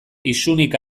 isunik